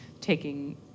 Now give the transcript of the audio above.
taking